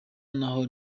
naho